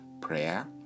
prayer